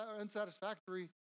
unsatisfactory